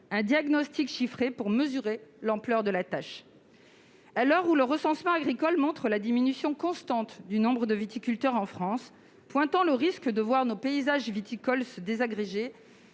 un diagnostic chiffré pour mesurer l'ampleur de la tâche. À l'heure où le recensement agricole montre la diminution constante du nombre de viticulteurs en France, pointant le risque de voir nos paysages viticoles se désagréger,